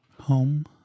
home